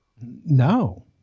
No